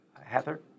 Heather